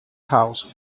house